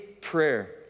prayer